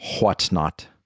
whatnot